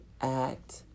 act